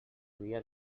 via